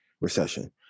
recession